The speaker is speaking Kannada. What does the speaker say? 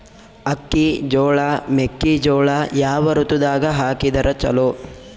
ಅಕ್ಕಿ, ಜೊಳ, ಮೆಕ್ಕಿಜೋಳ ಯಾವ ಋತುದಾಗ ಹಾಕಿದರ ಚಲೋ?